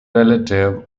relative